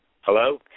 Hello